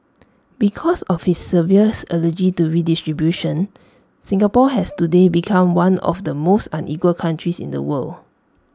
because of his severes allergy to redistribution Singapore has today become one of the most unequal countries in the world